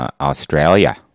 Australia